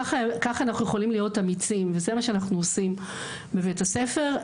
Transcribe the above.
ככה אנחנו יכולים להיות אמיצים וזה מה שאנחנו עושים בבית הספר.